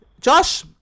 Josh